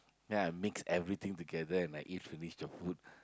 ya mix everything together and I eat finish the food